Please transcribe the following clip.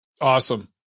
Awesome